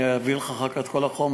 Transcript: אני אעביר לך אחר כך את כל החומר,